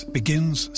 begins